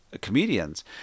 comedians